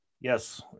Yes